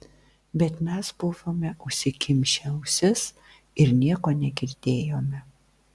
bet mes buvome užsikimšę ausis ir nieko negirdėjome